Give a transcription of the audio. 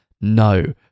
No